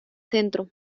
centro